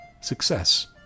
success